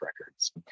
records